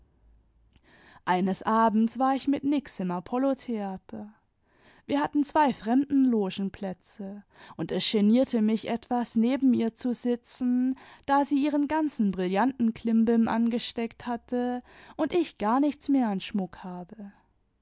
eines abends war ich mit nix im apollotheater wir hatten zwei fremdenlogenplätze und es genierte mich etwas neben ihr zu sitzen da sie ihren ganzen brillantenklimbim angesteckt hatte und ich gar nichts mehr an schmuck habe